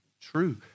true